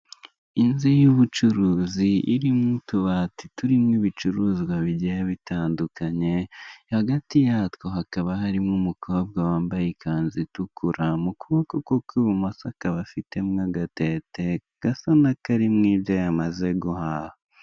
Inzu y'ubucuruzi iri mo utubati turimo ibicuruzwa bigira bitandukanye, hagati yatwo hakaba harimo umukobwa wambaye ikanzu itukura, mu kuboko kw'ibumoso akaba afitemo agatete gasa n'akarimo ibyo yamaze guhaha.